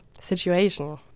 situation